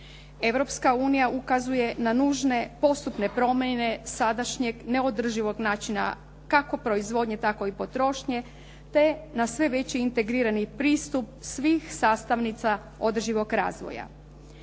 Europska unija ukazuje na nužne postupne promjene sadašnjeg neodrživog načina kako proizvodnje, tako i potrošnje, te na sve veći integrirani pristup svih sastavnica održivog razvoja.